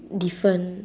different